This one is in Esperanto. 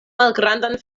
malgrandan